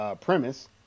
premise